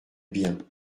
bien